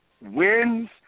wins –